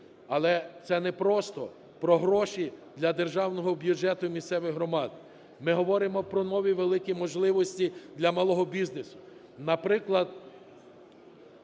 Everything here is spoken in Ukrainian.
але це не просто про гроші для державного бюджету місцевих громад. Ми говоримо про нові великі можливості для малого бізнесу,